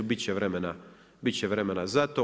Bit će vremena za to.